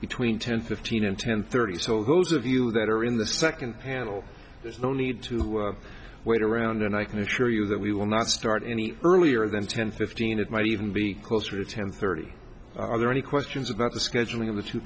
between ten fifteen and ten thirty so those of you that are in the second panel there's no need to wait around and i can assure you that we will not start any earlier than ten fifteen it might even be closer to ten thirty are there any questions about the scheduling of the two